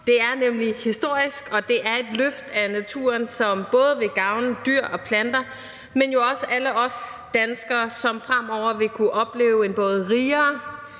Det er nemlig historisk, og det er et løft af naturen, som både vil gavne dyr og planter, men jo også alle os danskere, som fremover vil kunne opleve en både rigere,